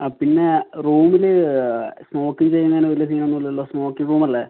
ആ പിന്നേ റൂമിൽ സ്മോക്കിങ്ങ് ചെയ്യുന്നതിനു വലിയ സീനൊന്നുമില്ലല്ലോ സ്മോക്കിങ്ങ് റൂമല്ലേ